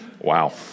Wow